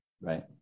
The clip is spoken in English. Right